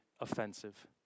offensive